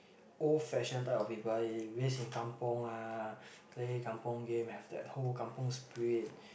old fashion type of people he lives in kampung ah play kampung game have that whole kampung spirit